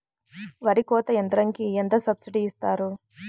వరి కోత యంత్రంకి ఎంత సబ్సిడీ ఇస్తారు?